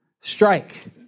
strike